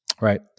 right